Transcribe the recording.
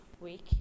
week